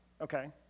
okay